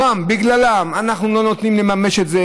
ובגללו אנחנו לא נותנים לממש את זה,